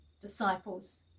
disciples